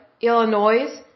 Illinois